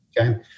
Okay